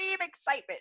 excitement